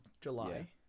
July